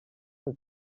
del